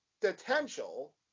potential